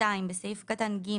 (2)בסעיף קטן (ג),